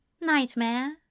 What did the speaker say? Nightmare